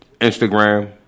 Instagram